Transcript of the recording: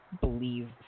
believe